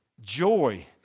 joy